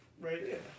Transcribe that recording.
right